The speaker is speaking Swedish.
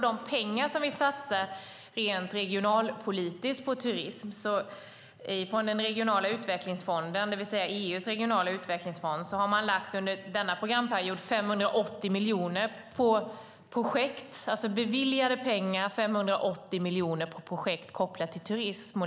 Det vi satsar rent regionalpolitiskt på turism från den regionala utvecklingsfonden, det vill säga EU:s regionala utvecklingsfond, denna programperiod är 580 miljoner, alltså beviljade pengar 580 miljoner på projekt kopplade till turism.